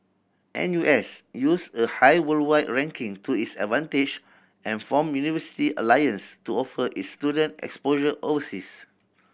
N U S used a high worldwide ranking to its advantage and formed university alliance to offer its student exposure overseas